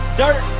dirt